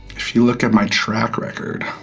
if you look at my track record,